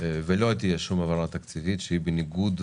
ולא תהיה שום העברה תקציבית שהיא בניגוד